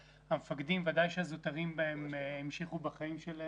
המפקדים, ודאי הזוטרים בהם, המשיכו בחיים שלהם,